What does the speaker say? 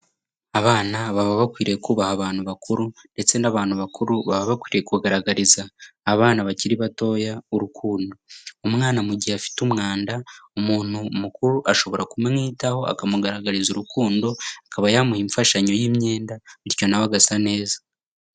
Abana baba bakwiriye kubaha abantu bakuru, ndetse n'abantu bakuru baba bakwiye kugaragariza abana bakiri batoya urukundo. Umwana mu gihe afite umwanda, umuntu mukuru ashobora kumwitaho akamugaragariza urukundo akaba yamuha imfashanyo y'imyenda, bityo na we agasa neza.